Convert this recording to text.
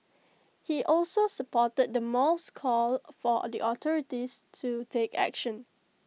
he also supported the mall's call for or the authorities to take action